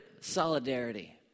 solidarity